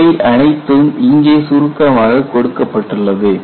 இவை அனைத்தும் இங்கே சுருக்கமாக கொடுக்கப்பட்டுள்ளது